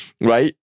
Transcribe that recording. right